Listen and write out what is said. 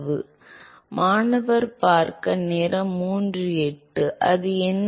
Student மாணவர் இது அது என்ன